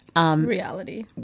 Reality